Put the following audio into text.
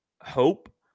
hope